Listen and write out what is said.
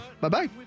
Bye-bye